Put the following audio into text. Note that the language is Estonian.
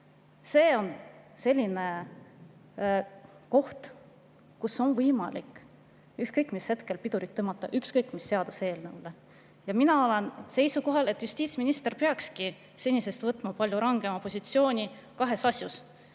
See on selline koht, kus on võimalik ükskõik mis hetkel pidurit tõmmata ükskõik mis seaduseelnõule. Ja mina olen seisukohal, et justiitsminister peakski võtma senisest palju rangema positsiooni kahes asjas: